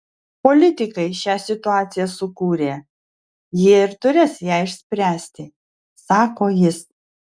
politikai šią situaciją sukūrė jie ir turės ją išspręsti sako jis